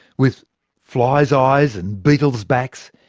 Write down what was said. with fly's eyes and beetles' backs,